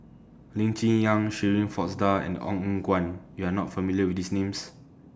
Lee Cheng Yan Shirin Fozdar and Ong Eng Guan YOU Are not familiar with These Names